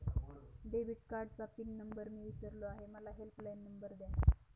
debit कार्डचा pin number मी विसरलो आहे मला हेल्पलाइन नंबर द्या